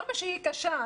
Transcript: כמה שהיא קשה,